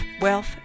wealth